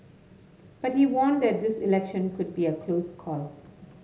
but he warned that this election could be a close call